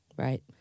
Right